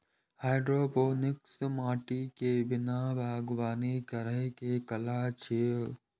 hydroponics माटि के बिना बागवानी करै के कला छियै